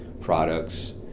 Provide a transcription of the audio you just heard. products